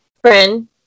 friend